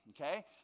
Okay